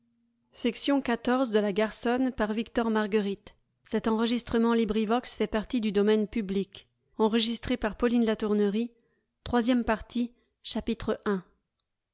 de la matière